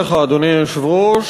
אדוני היושב-ראש,